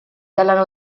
dalla